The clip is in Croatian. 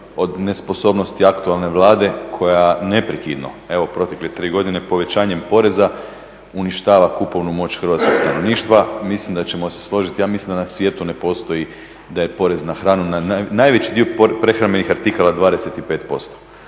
od nesposobnosti aktualne Vlade koja neprekidno evo protekle tri godine povećanjem poreza uništava kupovnu moć hrvatskog stanovništva. Mislim da ćemo se složiti ja mislim da na svijetu ne postoji da je porez na hranu, na najveći dio prehrambenih artikala 25%.